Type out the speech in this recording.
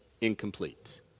incomplete